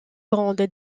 grande